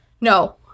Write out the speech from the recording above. No